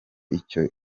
icyo